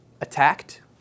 attacked